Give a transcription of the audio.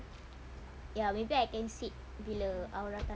ya maybe I can sit bila aura tak nak duduk